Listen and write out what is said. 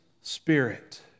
spirit